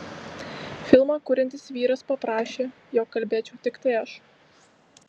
filmą kuriantis vyras paprašė jog kalbėčiau tiktai aš